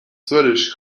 swedish